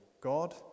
God